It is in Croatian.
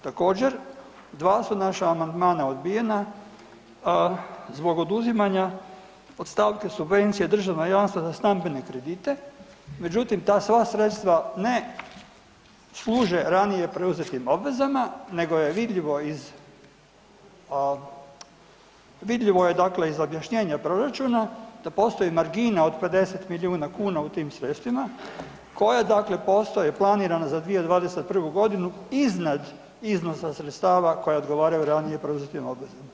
Također, dva su naša amandmana odbijena zbog oduzimanja od stavke „Subencije i državna jamstva za stambene kredite“, međutim, ta sva sredstva ne služe ranije preuzetim obvezama, nego je vidljivo iz objašnjenja proračuna da postoji margina od 50 milijuna kuna u tim sredstvima koja postoje planirana za 2021. godinu iznad iznosa sredstava koja odgovaraju ranije preuzetim obvezama.